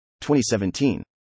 2017